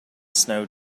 snow